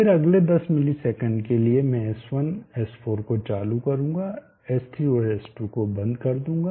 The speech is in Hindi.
फिर अगले 10 ms के लिए मैं S1 और S4 को चालू करूंगा S3 और S2 को बंद कर दूंगा